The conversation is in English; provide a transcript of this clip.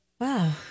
Wow